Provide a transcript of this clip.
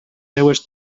seues